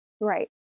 Right